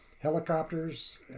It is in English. helicopters